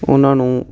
ਉਹਨਾਂ ਨੂੰ